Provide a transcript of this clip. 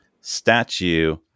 statue